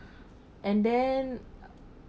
and then